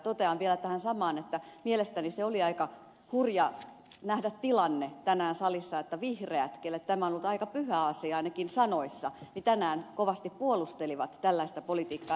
totean vielä tästä samasta asiasta että mielestäni oli aika hurjaa nähdä tänään salissa se tilanne että vihreät joille tämä on ollut aika pyhä asia ainakin sanoissa kovasti puolustelivat tällaista politiikkaa